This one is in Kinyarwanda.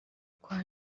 kwa